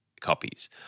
copies